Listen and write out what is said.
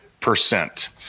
percent